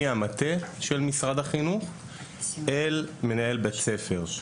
מהמטה של משרד החינוך אל מנהל בית הספר.